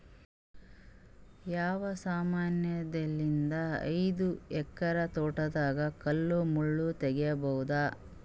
ಯಾವ ಸಮಾನಲಿದ್ದ ಐದು ಎಕರ ತೋಟದಾಗ ಕಲ್ ಮುಳ್ ತಗಿಬೊದ?